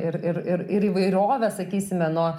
ir ir ir ir įvairovę sakysime nuo